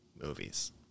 movies